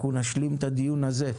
אנחנו נשלים את הדיון הזה,